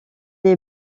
est